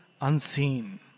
unseen